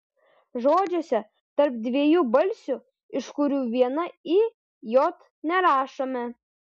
žodžiuose tarp dviejų balsių iš kurių viena i j nerašome